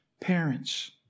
parents